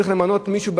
צריך למנות מישהו,